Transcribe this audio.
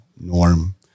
Norm